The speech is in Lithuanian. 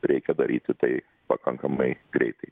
reikia daryti tai pakankamai greitai